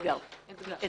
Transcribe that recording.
אתגר, אתגר.